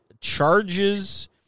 charges